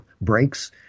breaks